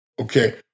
Okay